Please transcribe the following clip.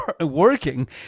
working